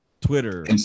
Twitter